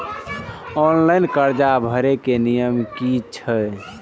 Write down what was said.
Online कर्जा भरे के नियम की छे?